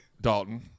Dalton